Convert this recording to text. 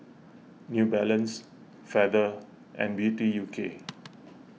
New Balance Feather and Beauty U K